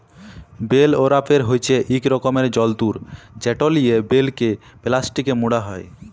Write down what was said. bell wrapper হছে ইক রকমের যল্তর যেট লিয়ে বেলকে পেলাস্টিকে মুড়া হ্যয়